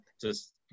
just-